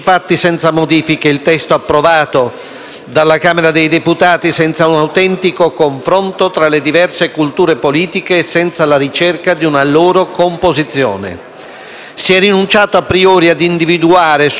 Si è rinunciato *a priori* ad individuare, su un tema tanto sensibile, un pavimento condiviso di principi sul quale possa poggiare il suo cammino una comunità già affaticata da molti processi di disgregazione.